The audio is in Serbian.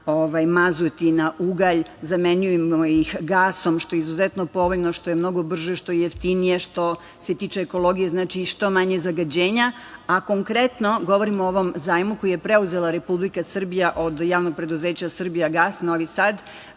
mazut i na ugalj, zamenjujemo ih gasom, što je izuzetno povoljno, što je mnogo brže, što je jeftinije, što se tiče ekologije i što manje zagađenja, a konkretno govorimo o ovom zajmu koji je preuzela Republika Srbija od JP „Srbijagas“ Novi Sad,